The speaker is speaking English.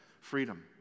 freedom